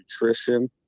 nutrition